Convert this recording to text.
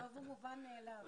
הטוב הוא מובן מאליו.